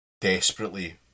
desperately